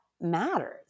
matters